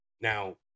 Now